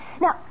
Now